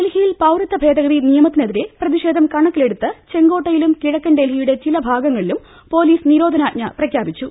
ഡൽഹിയിൽ പൌരത്വ ഭേദഗതി നിയമത്തിനെതിരെ പ്രതിഷേധം കണക്കിലെടുത്ത് ചെങ്കോട്ടയിലും കിഴക്കൻ ഡൽഹിയുടെ ചില ഭാഗ ങ്ങളിലും പൊലീസ് നിരോധനാജ്ഞ പ്രഖ്യാപിച്ചു